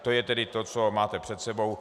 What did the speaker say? To je tedy to, co máte před sebou.